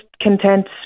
content